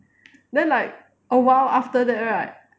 then like awhile after that right